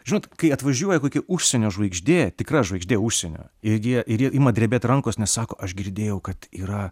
žinot kai atvažiuoja kokia užsienio žvaigždė tikra žvaigždė užsienio ir jie ir jie ima drebėt rankos nes sako aš girdėjau kad yra